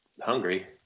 hungry